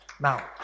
Now